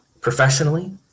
professionally